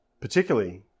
particularly